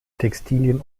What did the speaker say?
textilien